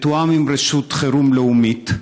מתואם עם רשות חירום לאומית,